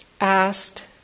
asked